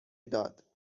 داد